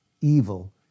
evil